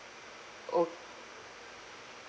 orh